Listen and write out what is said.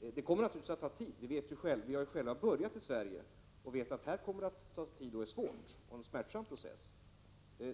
Detta kommer att ta tid. Vi har själva börjat i Sverige och vet att det är en svår och smärtsam process.